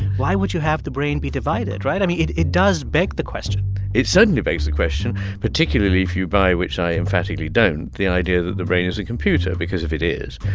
why would you have the brain be divided, right? i mean, it it does beg the question it certainly begs the question, particularly if you buy which i emphatically don't the idea that the brain is a computer because if it is,